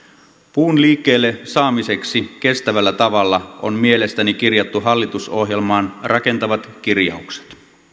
puun liikkeelle saamiseksi kestävällä tavalla on mielestäni kirjattu hallitusohjelmaan rakentavat kirjaukset